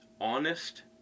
honest